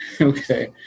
Okay